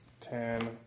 Ten